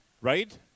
Right